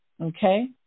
Okay